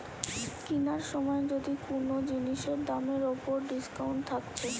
কিনার সময় যদি কুনো জিনিসের দামের উপর ডিসকাউন্ট থাকছে